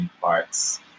parts